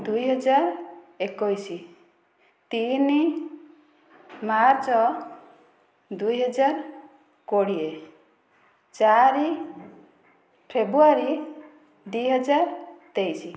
ଦୁଇହଜାର ଏକୋଇଶ ତିନି ମାର୍ଚ୍ଚ ଦୁଇହଜାର କୋଡ଼ିଏ ଚାରି ଫେବୃଆରୀ ଦୁଇହଜାର ତେଇଶ